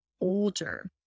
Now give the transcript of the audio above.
older